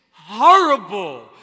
horrible